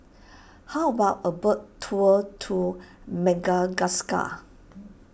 how about a boat tour to Madagascar